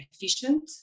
efficient